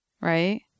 Right